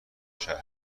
شهری